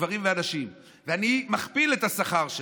הגברים והנשים, ואני מכפיל את השכר שלהם,